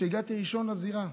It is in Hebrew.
הגעתי ראשון לזירה.